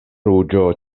ruĝo